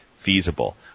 Feasible